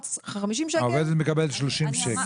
העובדת מקבלת 30 שקל לשעה.